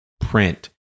print